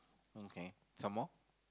okay some more